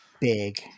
big